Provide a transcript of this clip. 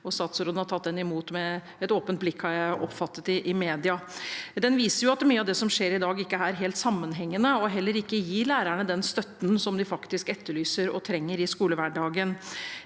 Statsråden har tatt den imot med et åpent blikk, har jeg oppfattet i media. Den viser at mye av det som skjer i dag, ikke er helt sammenhengende og heller ikke gir lærerne den støtten som de faktisk etterlyser og trenger i skolehverdagen.